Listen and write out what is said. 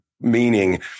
meaning